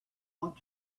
want